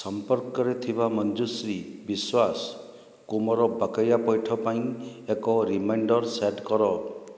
ସମ୍ପର୍କରେ ଥିବା ମଞ୍ଜୁଶ୍ରୀ ବିଶ୍ୱାସକୁ ମୋର ବକେୟା ପୈଠ ପାଇଁ ଏକ ରିମାଇଣ୍ଡର୍ ସେଟ୍ କର